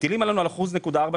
תגידו אם יש שיפוי או אין שיפוי,